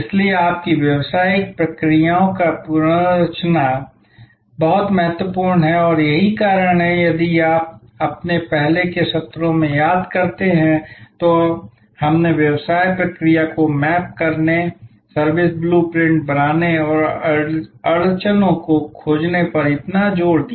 इसलिए आपकी व्यावसायिक प्रक्रियाओं का पुनर्रचना बहुत महत्वपूर्ण है और यही कारण है कि यदि आप अपने पहले के सत्रों में याद करते हैं तो हमने व्यवसाय प्रक्रिया को मैप करने सर्विस ब्लू प्रिंट बनाने और अड़चनों को खोजने पर इतना जोर दिया